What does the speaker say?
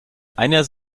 einer